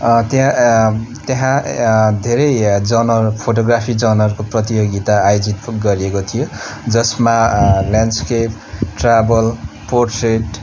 त्यहाँ त्यहांँ धेरैजना फोटोग्राफी जनहरू प्रतियोगिता आयोजित गरिएको थियो जसमा ल्यान्डस्केप ट्र्याभल पोट्रेट